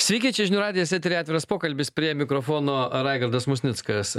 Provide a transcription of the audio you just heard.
sveiki čia žinių radijas etery atviras pokalbis prie mikrofono raigardas musnickas